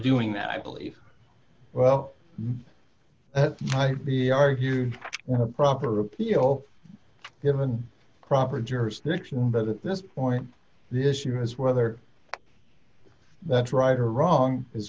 doing that i believe well might be argued were proper appeal given proper jurisdiction but at this point the issue is whether that's right or wrong is